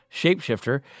shapeshifter